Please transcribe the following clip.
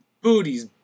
booties